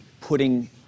putting